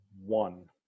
One